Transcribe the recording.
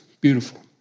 Beautiful